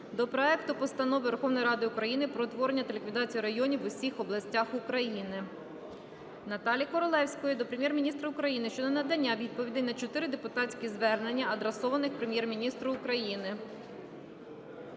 до проекту постанови Верховної Ради України про утворення та ліквідацію районів в усіх областях України. Наталії Королевської до Прем'єр-міністра України щодо ненадання відповідей на чотири депутатські звернення, адресованих Прем'єр-міністру України.